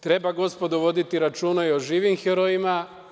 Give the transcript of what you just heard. Treba, gospodo, voditi računa i o živim herojima.